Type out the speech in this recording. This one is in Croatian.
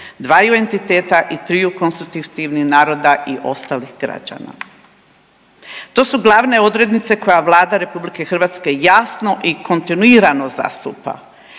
dvaju entiteta i triju konstitutivnih naroda i ostalih građana. To su glavne odrednice koje Vlada RH jasno i kontinuirano zastupa.